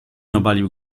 obalił